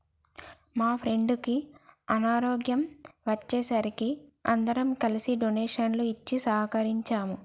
మా ఫ్రెండుకి అనారోగ్యం వచ్చే సరికి అందరం కలిసి డొనేషన్లు ఇచ్చి సహకరించాం